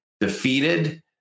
defeated